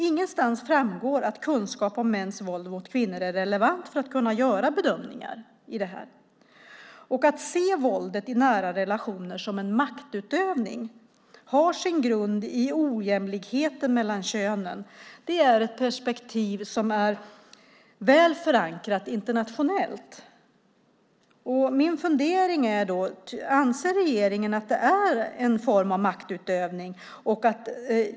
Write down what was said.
Ingenstans framgår att kunskap om mäns våld mot kvinnor är relevant för att kunna göra bedömningar i dessa fall. Att se våldet i nära relationer som en maktutövning, och att det har sin grund i ojämlikheten mellan könen, är ett perspektiv som är väl förankrat internationellt. Min fundering är därför: Anser regeringen att det är en form av maktutövning?